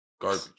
garbage